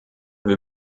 wir